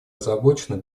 озабочена